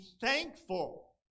thankful